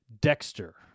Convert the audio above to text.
Dexter